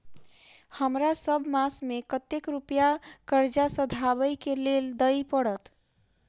हमरा सब मास मे कतेक रुपया कर्जा सधाबई केँ लेल दइ पड़त?